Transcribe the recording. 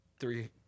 three